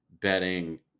betting